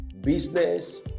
business